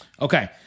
Okay